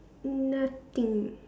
nothing